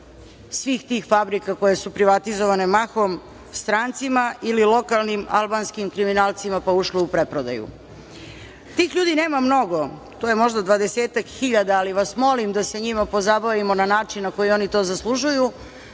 svih tih fabrika koje su privatizovane mahom strancima ili lokalnim albanskim kriminalcima, pa ušle u preprodaju. Tih ljudi nema mnogo. To je možda dvadesetak hiljada, ali vas molim da se njima pozabavimo na način na koji oni to zaslužuju,